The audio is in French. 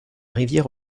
rivière